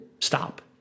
stop